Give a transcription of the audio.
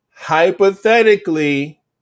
hypothetically